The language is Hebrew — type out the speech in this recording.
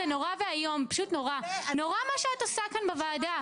זה נורא ואיום, פשוט נורא מה שאת עושה כאן בוועדה.